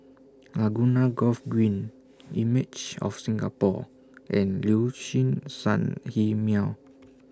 Laguna Golf Green Images of Singapore and Liuxun Sanhemiao